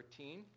13